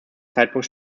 zeitpunkt